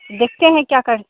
देखते हैं क्या कर